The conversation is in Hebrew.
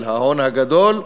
של ההון הגדול,